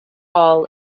all